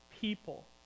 people